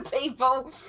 people